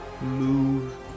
move